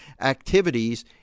activities